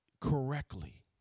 correctly